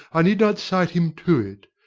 i need not cite him to it.